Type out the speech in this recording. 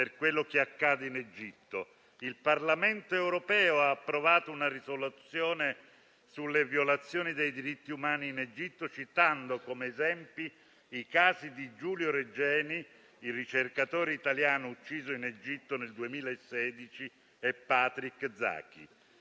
Il Parlamento europeo ha approvato una risoluzione sulle violazioni dei diritti umani in Egitto, citando come esempi i casi di Giulio Regeni, il ricercatore italiano ucciso in Egitto nel 2016, e Patrick Zaki.